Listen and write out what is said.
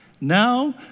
Now